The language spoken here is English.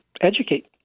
educate